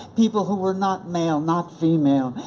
people who were not male, not female,